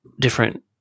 different